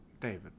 David